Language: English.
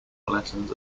lessons